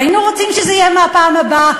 היינו רוצים שזה יהיה מהפעם הבאה.